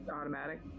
automatic